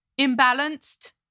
imbalanced